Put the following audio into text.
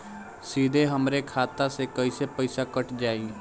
सीधे हमरे खाता से कैसे पईसा कट जाई?